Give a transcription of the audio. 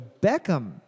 Beckham